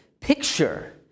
picture